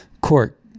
court